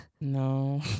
No